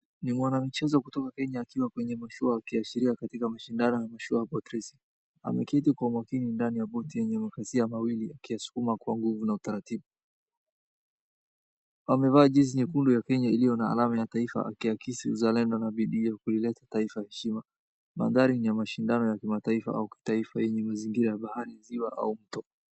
Ni mwanamichezo kutoka Kenya akiwa kwenye mashua akiashiria katika mashindano ya mashua boat racing, ameketi kwa umakini ndani ya boti yenye makasia mawili akiyasukuma kwa nguvu na utaratibu. Amevaa jezi nyekundu ya Kenya iliyo na alama ya taifa akiakisi uzalendo na bidii ya kuileta taifa heshima. Mandhari ni ya mashindano ya kimataifa au taifa uenye mazingira ya bahari, ziwa au mto.